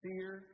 Fear